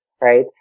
right